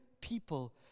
people